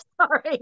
Sorry